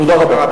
תודה רבה.